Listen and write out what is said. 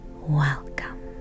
Welcome